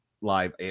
live